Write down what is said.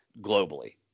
globally